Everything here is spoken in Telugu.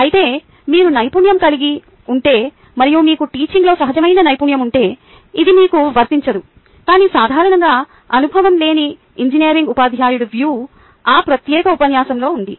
అయితే మీరు నైపుణ్యం కలిగి ఉంటే మరియు మీకు టీచింగ్లో సహజమైన నైపుణ్యం ఉంటే ఇది మీకు వర్తించదు కాని సాధారణంగా అనుభవం లేని ఇంజనీరింగ్ ఉపాధ్యాయుడు వ్యూ ఆ ప్రత్యేకత ఉపన్యాసంలో ఉంది